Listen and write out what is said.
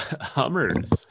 hummers